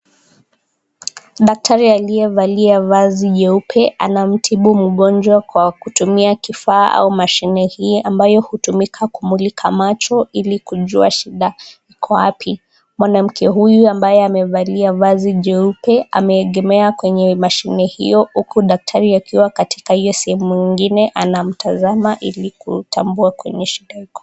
Daktari aliyevalia vazi jeupe anamtibu mgonjwa kwa kutumia kifaa au mashini hii ambayo hutumika kumulika macho ili kujua shida iko wapi. Mwanamke huyu ambaye amevalia vazi jeupe ameegemea kwenye mashini hiyo huku daktari akiwa kwa hiyo sehemu ingine anamtazama ili kujua shida ni wapi.